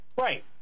Right